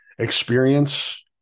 experience